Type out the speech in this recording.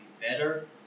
better